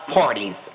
parties